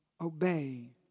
obey